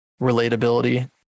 relatability